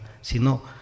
sino